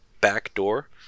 backdoor